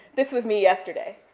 this was me yesterday,